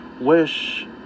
wish